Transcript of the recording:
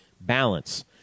balance